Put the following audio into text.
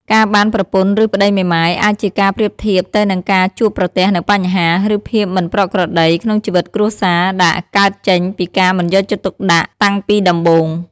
ការបានប្រពន្ធឫប្ដីមេម៉ាយ អាចជាការប្រៀបធៀបទៅនឹងការជួបប្រទះនូវបញ្ហា ឬភាពមិនប្រក្រតីក្នុងជីវិតគ្រួសារ ដែលកើតចេញពីការមិនយកចិត្តទុកដាក់តាំងពីដំបូង។